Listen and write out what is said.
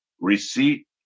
receipt